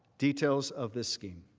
details of this scheme.